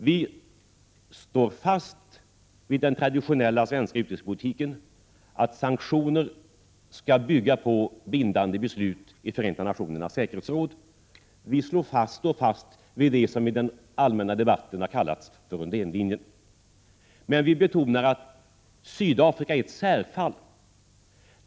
Vi står fast vid den traditionella svenska utrikespolitiken, som går ut på att sanktioner skall bygga på bindande beslut i Förenta nationernas säkerhetsråd. Vi står fast vid det som i den allmänna debatten kallats Undénlinjen. Men vi betonar att Sydafrika är ett särfall.